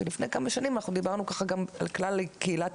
שלפני כמה שנים אנחנו דיברנו ככה גם על כלל קהילת